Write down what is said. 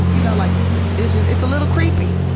you know, like it's a little creepy,